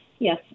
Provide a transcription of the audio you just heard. Yes